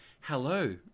hello